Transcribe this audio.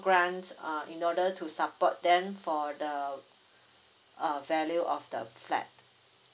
grants err in order to support them for the a value of the flat